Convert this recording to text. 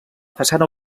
façana